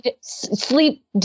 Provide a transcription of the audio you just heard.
sleep